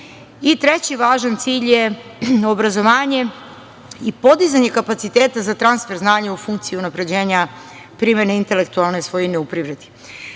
važan cilj je obrazovanje i podizanje kapaciteta za transfer znanja u funkciji unapređenja primene intelektualne svojine u privredi. Bez